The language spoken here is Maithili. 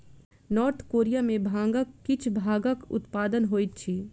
नार्थ कोरिया में भांगक किछ भागक उत्पादन होइत अछि